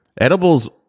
Edibles